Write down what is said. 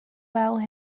fel